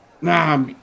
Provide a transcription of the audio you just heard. nah